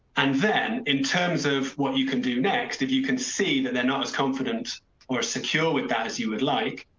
and then in terms of what you can do next, if you can see that they're not as confident or secure with that as you would like,